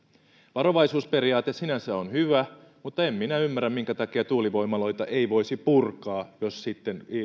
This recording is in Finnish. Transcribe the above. varovaisuusperiaate sinänsä on hyvä mutta en minä ymmärrä minkä takia tuulivoimaloita ei voisi purkaa jos sitten